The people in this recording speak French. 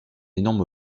énorme